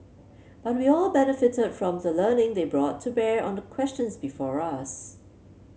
but we all benefited from the learning they brought to bear on the questions before us